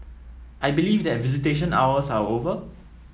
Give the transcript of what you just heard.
I believe that visitation hours are over